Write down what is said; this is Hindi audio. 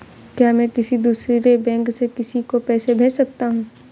क्या मैं किसी दूसरे बैंक से किसी को पैसे भेज सकता हूँ?